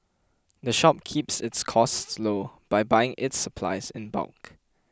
the shop keeps its costs low by buying its supplies in bulk